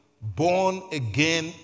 born-again